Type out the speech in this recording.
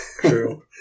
True